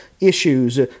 issues